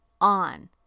on